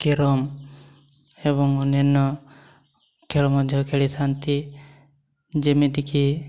carrom ଏବଂ ଅନ୍ୟାନ୍ୟ ଖେଳ ମଧ୍ୟ ଖେଳିଥାନ୍ତି ଯେମିତିକି